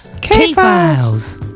K-Files